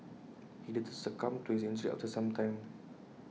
he later succumbed to his injuries after some time